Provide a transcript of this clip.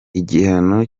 igihano